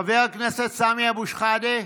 חבר הכנסת סמי אבו שחאדה,